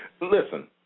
Listen